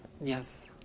Yes